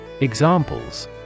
Examples